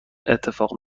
اتفاق